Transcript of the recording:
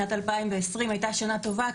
שנת 2020 הייתה שנה טובה,